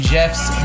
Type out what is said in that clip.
Jeff's